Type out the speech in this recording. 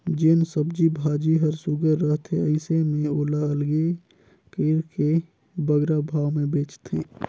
जेन सब्जी भाजी हर सुग्घर रहथे अइसे में ओला अलगे कइर के बगरा भाव में बेंचथें